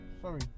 Sorry